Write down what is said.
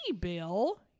Bill